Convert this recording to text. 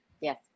Yes